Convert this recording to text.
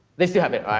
they still have it,